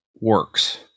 works